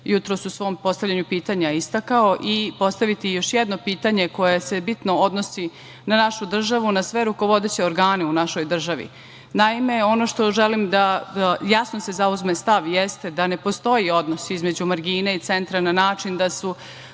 jutros u svom postavljanju pitanja istakao i postaviti još jedno pitanje koje se bitno odnosi na našu državu, na sve rukovodeće organe u našoj državi. Naime, želim da se jasno zauzme stav i da ne postoji odnos između margine i centra na način da su